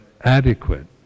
adequate